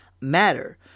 matter